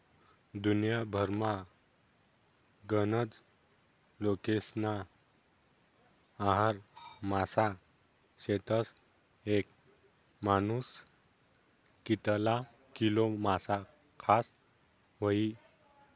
दुन्याभरमा गनज लोकेस्ना आहार मासा शेतस, येक मानूस कितला किलो मासा खास व्हयी?